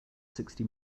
sixty